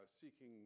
Seeking